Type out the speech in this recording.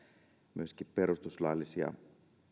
myöskin näitä perustuslaillisia